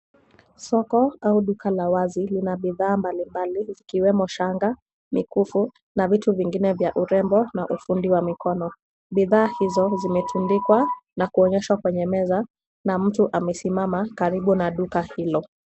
Soko au duka la wazi lina bidhaa mbalimbali ikiwemo shanga, mikufu na vitu vingine vya urembo na ufundi wa mikono. Bidhaa hizo zimetundikwa na kuonyeshwa kwenye meza na mtu amesimama karibu na duka hilo.